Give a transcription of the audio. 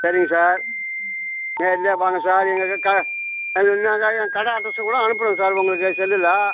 சரிங்க சார் நேரடியாக வாங்க சார் எங்கே க வேணும்னா நான் ஏன் கடை அட்ரஸைக் கூட அனுப்புகிறேன் சார் உங்களுக்கு செல்லில்